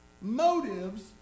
motives